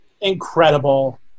incredible